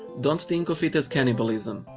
don't think of it as cannibalism.